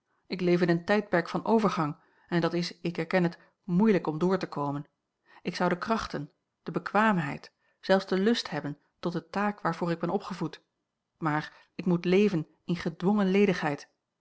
ik leef in een tijdperk van overgang en dat is ik erken het moeilijk om door te komen ik zou de krachten de bekwaamheid zelfs den lust hebben tot de taak waarvoor ik ben opgevoed maar ik moet leven in gedwongen ledigheid